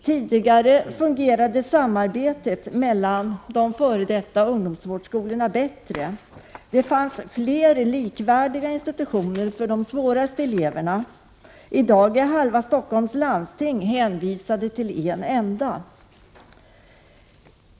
Tidigare fungerade samarbetet mellan de f.d. ungdomsvårdsskolorna bättre. Det fanns fler likvärdiga institutioner för de svåraste eleverna. I dag är halva Stockholms landsting hänvisat till en enda.